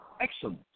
Excellent